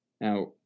Now